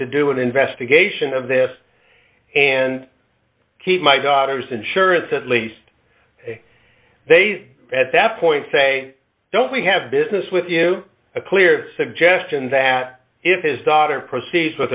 to do an investigation of this and keep my daughter's insurance at least they at that point say don't we have business with you a clear suggestion that if his daughter proceeds with